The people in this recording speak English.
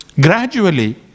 Gradually